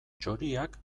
txoriak